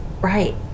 Right